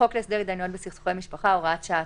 בחוק להסדר התדיינויות בסכסוכי משפחה (הוראת שעה),